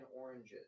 oranges